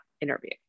interview